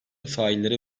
failleri